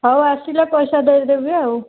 ହଉ ଆସିଲେ ପଇସା ଦେଇଦେବି ଆଉ